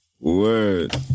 Word